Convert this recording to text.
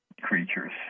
creatures